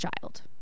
child